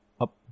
up